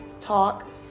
talk